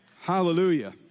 Hallelujah